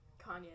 kanye